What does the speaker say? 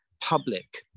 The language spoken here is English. public